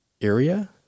area